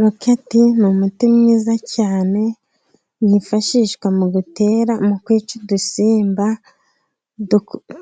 Roketi ni umuti mwiza cyane wifashishwa mu gutera mu kwica udusimba.